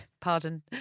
Pardon